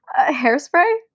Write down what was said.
hairspray